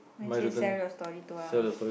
my said sell your story to us